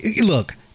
look